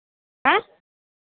आएं